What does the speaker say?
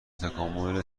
تکامل